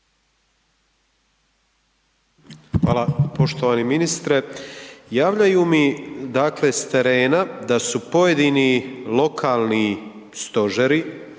Hvala. Poštovani ministre, javljaju mi dakle s terena da su pojedini lokalni stožeri,